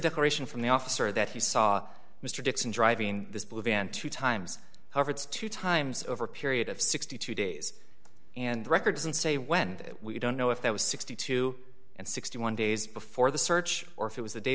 declaration from the officer that he saw mr dixon driving this blue van two times however it's two times over a period of sixty days and records and say when we don't know if that was sixty two and sixty one days before the search or if it was the day